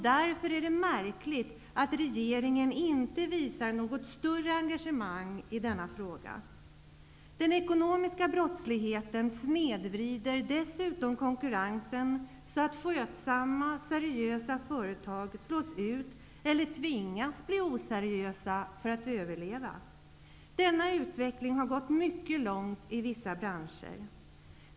Därför är det märkligt att regeringen inte visar något större engagemang i denna fråga. Den ekonomiska brottsligheten snedvrider dessutom konkurrensen så att skötsamma, seriösa företag slås ut eller tvingas bli oseriösa för att överleva. Denna utveckling har gått mycket långt i vissa branscher.